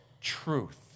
truth